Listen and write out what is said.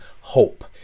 hope